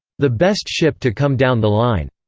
the best ship to come down the line.